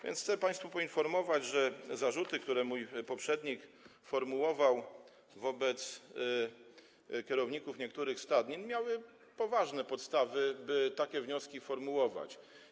Więc chcę państwa poinformować, że zarzuty, które mój poprzednik formułował wobec kierowników niektórych stadnin, miały poważne podstawy i można było takie wnioski formułować.